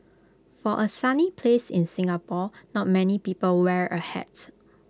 for A sunny place in Singapore not many people wear A hats